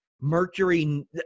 Mercury –